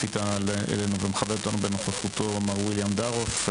אלינו ומכבד אותנו בנוכחותו מר ויליאם דארוף,